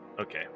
Okay